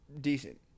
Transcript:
decent